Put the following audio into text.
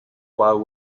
while